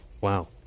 Wow